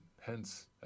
hence